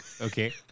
okay